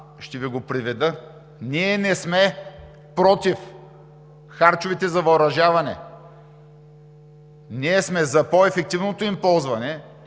ще Ви го преведа. Ние не сме „против“ харчовете за въоръжаване, ние сме „за“ по-ефективното им ползване,